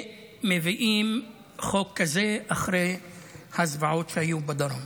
מביאים חוק כזה אחרי הזוועות שהיו בדרום.